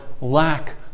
lack